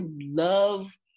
love